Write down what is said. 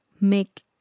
make